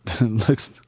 Looks